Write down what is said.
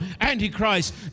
Antichrist